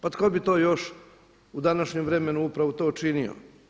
Pa tko bi to još u današnjem vremenu upravo to činio?